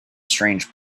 strange